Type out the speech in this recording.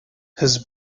his